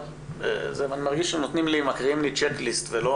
זה מרגיש שמקריאים לי צ'ק ליסט ולא